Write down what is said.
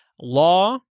law